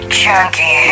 chunky